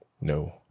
No